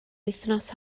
wythnos